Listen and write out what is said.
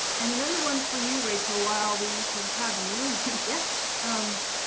and another one for you, rachael, while we sort of have you yeah um